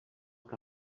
que